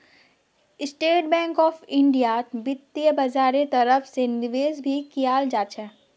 state bank of इन्डियात वित्तीय बाजारेर तरफ से निवेश भी कियाल जा छे